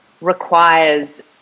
requires